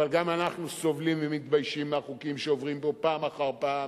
אבל גם אנחנו סובלים ומתביישים בחוקים שעוברים פה פעם אחר פעם.